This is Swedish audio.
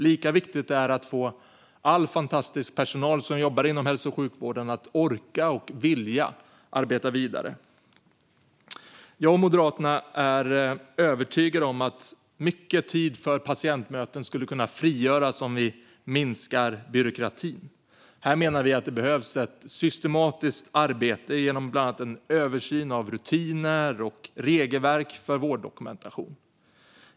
Lika viktigt är det att få all fantastisk personal som jobbar inom hälso och sjukvården att orka och vilja arbeta vidare. Jag och Moderaterna är övertygade om att mycket tid för patientmöten skulle kunna frigöras genom minskad byråkrati. Här menar vi att det behövs ett systematiskt arbete genom bland annat en översyn av rutiner och regelverk för vårddokumentation.